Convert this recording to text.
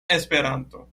esperanto